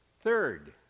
Third